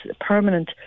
permanent